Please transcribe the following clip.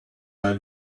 are